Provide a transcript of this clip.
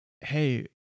hey